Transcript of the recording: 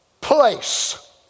Place